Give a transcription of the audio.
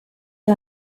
que